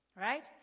right